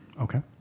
Okay